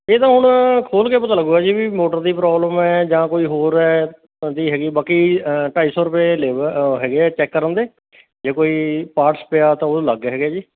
ਇਹ ਤਾਂ ਹੁਣ ਖੋਲ੍ਹ ਕੇ ਪਤਾ ਲੱਗੇਗਾ ਜੀ ਵੀ ਮੋਟਰ ਦੀ ਪ੍ਰੋਬਲਮ ਹੈ ਜਾਂ ਕੋਈ ਹੋਰ ਹੈ ਦੀ ਹੈਗੀ ਬਾਕੀ ਢਾਈ ਸੌ ਰੁਪਏ ਹੈਗੇ ਹੈ ਚੈੱਕ ਕਰਨ ਦੇ ਜੇ ਕੋਈ ਪਾਰਟਸ ਪਿਆ ਤਾਂ ਉਹ ਅਲੱਗ ਹੈਗੇ ਹੈ ਜੀ